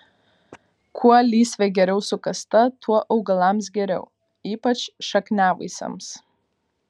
kuo lysvė giliau sukasta tuo augalams geriau ypač šakniavaisiams